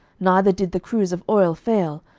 neither did the cruse of oil fail,